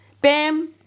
Bam